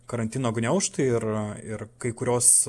karantino gniaužtai ir ir kai kurios